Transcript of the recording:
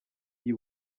y’i